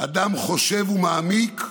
אדם חושב ומעמיק,